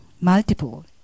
multiple